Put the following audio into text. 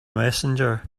messenger